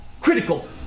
critical